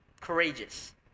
courageous